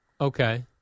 Okay